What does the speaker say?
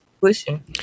pushing